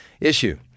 issue